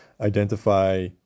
identify